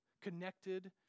Connected